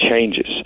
changes